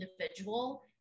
individual